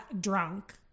drunk